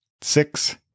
Six